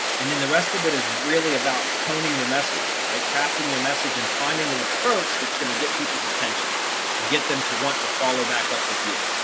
and then the rest of it is really about honing your message right crafting your message and finding an approach that's going to get people's attention and get them to want to follow back up with you.